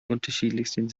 unterschiedlichsten